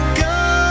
go